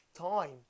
time